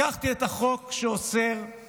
לקחתי את החוק שאוסר את